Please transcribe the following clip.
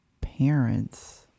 parents